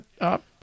up